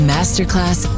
Masterclass